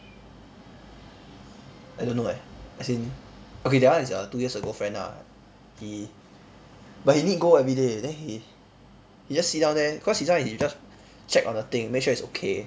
I don't know eh as in okay that one is a two years ago friend ah he but he need go everyday then he he just sit down there cause his one is just check on the thing make sure is okay